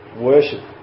worship